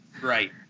right